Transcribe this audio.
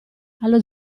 allo